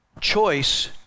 choice